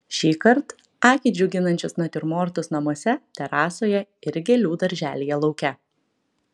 šįkart akį džiuginančius natiurmortus namuose terasoje ir gėlių darželyje lauke